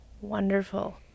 wonderful